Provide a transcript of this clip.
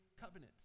covenant